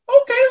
okay